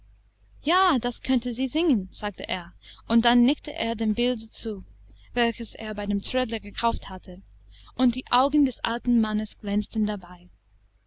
ja das konnte sie singen sagte er und dann nickte er dem bilde zu welches er bei dem trödler gekauft hatte und die augen des alten mannes glänzten dabei